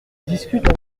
discutent